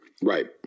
right